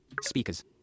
Speakers